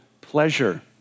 pleasure